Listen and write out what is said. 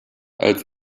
als